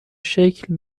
شکل